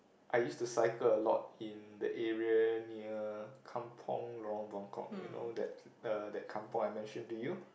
I used to cycle a lot in the area near kampung Lorong Buangkok you know that the that kampung I mentioned to you